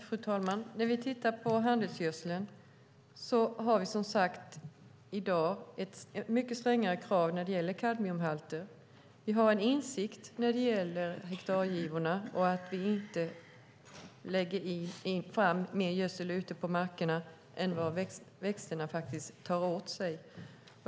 Fru talman! När det gäller handelsgödsel har vi som sagt i dag ett mycket strängare krav när det gäller kadmiumhalter. Vi har en insikt när det gäller hektargivorna så att vi inte lägger ut mer gödsel på markerna än vad växterna faktiskt tar åt sig.